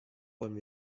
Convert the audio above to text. wollen